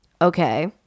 okay